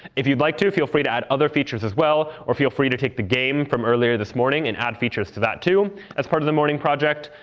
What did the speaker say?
if you'd like to, feel free to add other features as well. or feel free to take the game from earlier this morning and add features to that too as part of the morning project.